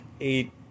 eight